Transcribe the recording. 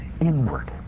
Inward